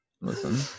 Listen